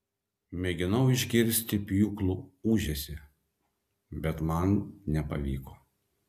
mėginau išgirsti pjūklų ūžesį bet man nepavyko